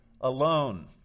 alone